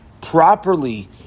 properly